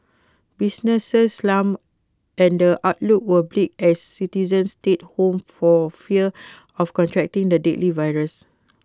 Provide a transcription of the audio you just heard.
businesses slumped and A outlook was bleak as citizens stayed home for fear of contracting the deadly virus